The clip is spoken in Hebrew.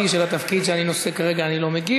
של התפקיד שאני נושא כרגע אני לא מגיב,